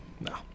No